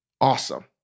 awesome